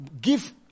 give